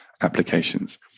applications